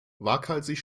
waghalsig